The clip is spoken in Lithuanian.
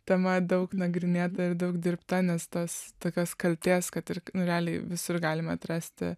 tema daug nagrinėta ir daug dirbta nes tas tokios kaltės kad ir realiai visur galime atrasti